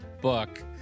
book